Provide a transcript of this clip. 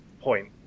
point